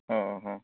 ହଉ ହଉ